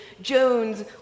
Jones